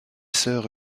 sœurs